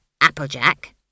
applejack